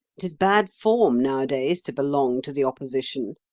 it is bad form nowadays to belong to the opposition.